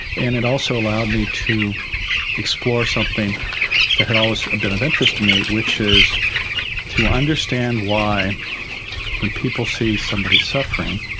and it also allowed me to explore something that had always been of interest to me, which is to understand why when people see somebody suffering